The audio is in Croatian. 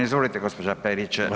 Izvolite gospođa Perić.